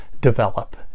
develop